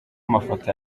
mafoto